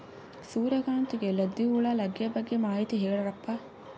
ಸೂರ್ಯಕಾಂತಿಗೆ ಲದ್ದಿ ಹುಳ ಲಗ್ಗೆ ಬಗ್ಗೆ ಮಾಹಿತಿ ಹೇಳರಪ್ಪ?